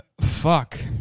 fuck